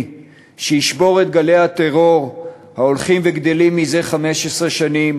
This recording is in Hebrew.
שישבור את גלי הטרור ההולכים וגדלים זה 15 שנים